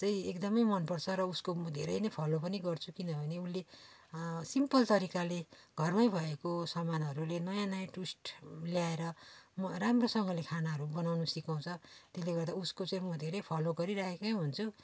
चाहिँ एकदम मन पर्छ र उसको म धेरै नै फलो पनि गर्छु किन भने उसले सिम्पल तरिकाले घरमा भएको सामानहरूले नयाँ नयाँ ट्विस्ट ल्याएर म राम्रोसँगले खानाहरू बनाउनु सिकाउँछ त्यसले गर्दा उसको चाहिँ म धेरै फलो गरिरहेको हुन्छु